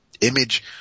image